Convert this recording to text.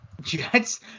Jets